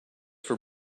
for